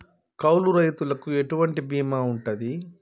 కౌలు రైతులకు ఎటువంటి బీమా ఉంటది?